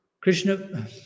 Krishna